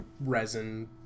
resin